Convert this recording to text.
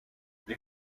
les